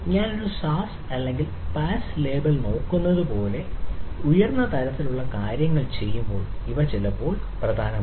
ഞാൻ ഒരു സാസ് അല്ലെങ്കിൽ പാസ് ലേബൽ നോക്കുന്നത് പോലുള്ള ഉയർന്ന തലത്തിലുള്ള കാര്യങ്ങൾ ചെയ്യുമ്പോൾ ഇവ ചിലപ്പോൾ പ്രധാനമാണ്